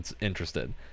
interested